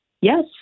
Yes